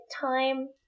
time